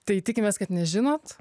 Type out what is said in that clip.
tai tikimės kad nežinot